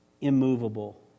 immovable